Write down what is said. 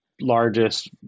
largest